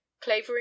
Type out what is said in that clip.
clavering